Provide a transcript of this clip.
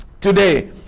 today